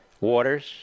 Waters